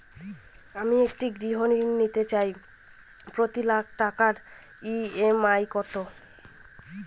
আমি একটি গৃহঋণ নিতে চাই প্রতি লক্ষ টাকার ই.এম.আই কত?